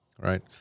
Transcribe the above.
right